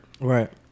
Right